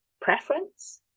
preference